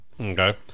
okay